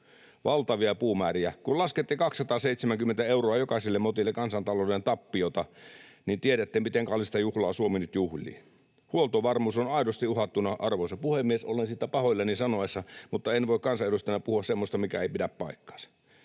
valtavia puumääriä. Kun laskette 270 euroa jokaiselle motille kansantalouden tappiota, niin tiedätte, miten kallista juhlaa Suomi nyt juhlii. Huoltovarmuus on aidosti uhattuna. Arvoisa puhemies, olen pahoillani siitä sanoessani, mutta en voi kansanedustajana puhua semmoista, mikä ei pidä paikkaansa.